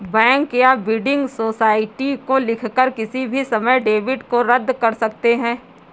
bank या building society को लिखकर किसी भी समय डेबिट को रद्द कर सकते हैं